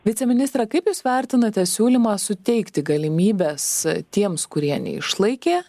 viceministre kaip jūs vertinate siūlymą suteikti galimybes tiems kurie neišlaikė